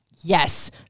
Yes